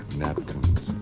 napkins